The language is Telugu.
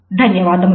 ధన్యవాదములు